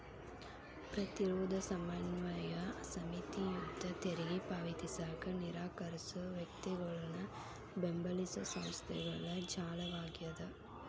ಪ್ರತಿರೋಧ ಸಮನ್ವಯ ಸಮಿತಿ ಯುದ್ಧ ತೆರಿಗೆ ಪಾವತಿಸಕ ನಿರಾಕರ್ಸೋ ವ್ಯಕ್ತಿಗಳನ್ನ ಬೆಂಬಲಿಸೊ ಸಂಸ್ಥೆಗಳ ಜಾಲವಾಗ್ಯದ